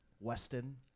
Weston